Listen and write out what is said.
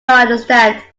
understand